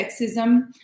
sexism